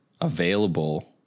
available